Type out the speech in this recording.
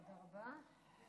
תודה רבה.